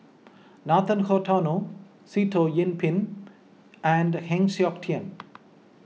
Nathan Hartono Sitoh Yih Pin and Heng Siok Tian